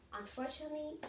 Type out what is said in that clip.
unfortunately